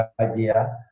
idea